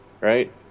right